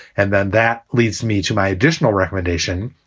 and then that leads me to my additional recommendation,